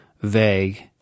vague